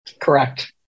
Correct